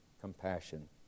compassion